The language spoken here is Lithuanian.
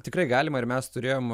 tikrai galima ir mes turėjom